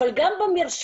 אבל גם במרשתת